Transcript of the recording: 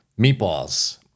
meatballs